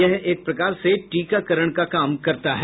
यह एक प्रकार से टीकाकरण का काम करता है